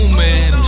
man